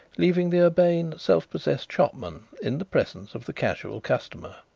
leaving the urbane, self-possessed shopman in the presence of the casual customer.